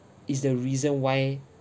is the reason why